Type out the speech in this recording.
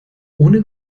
ohne